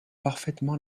parfaitement